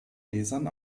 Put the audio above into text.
lesern